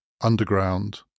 underground